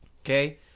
Okay